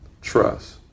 trust